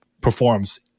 performs